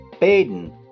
Baden